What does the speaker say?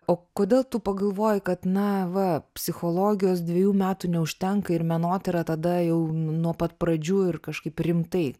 o kodėl tu pagalvoji kad na va psichologijos dviejų metų neužtenka ir menotyra tada jau nuo pat pradžių ir kažkaip rimtai